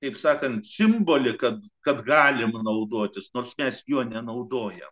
taip sakant simbolį kad kad galime naudotis nuskęs jo nenaudoja